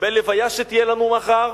בלוויה שתהיה לנו מחר,